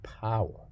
power